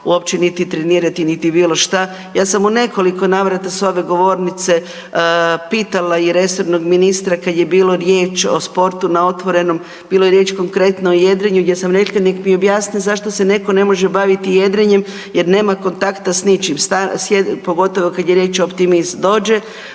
uopće niti trenirati niti bilo što. Ja sam u nekoliko navrata s ove govornice pitala i resornog ministra kada je bilo riječ o sportu na otvorenom, bilo je riječ konkretno o jedrenju gdje sam rekla neka mi objasni zašto se netko ne može baviti jedrenjem jer nema kontakta s ničim pogotovo kada je riječ o Optimisti. Dođe,